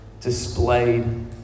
displayed